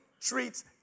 treats